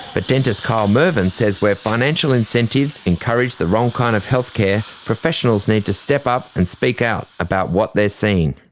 but dentist kyle mervin says where financial incentives encourage the wrong kind of healthcare, professionals need to step up and speak out about what they're seeing.